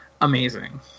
Amazing